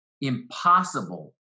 impossible